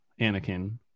Anakin